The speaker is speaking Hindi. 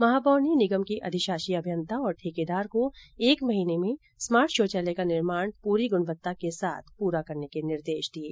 महापौर ने निगम के अधिशाषी अभियन्ता और ठेकेदार को एक महीने में स्मार्ट शौचालय का निर्माण पूरी गुणवत्ता के साथ पूरा करने के निर्देश दिये